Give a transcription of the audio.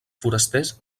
forasters